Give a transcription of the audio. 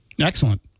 Excellent